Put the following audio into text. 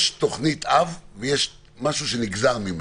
יש תוכנית אב ויש משהו שנגזר ממנה.